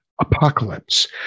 Apocalypse